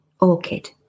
orchid